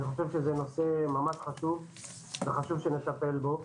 זה נושא חשוב וחשוב שנטפל בו.